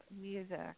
music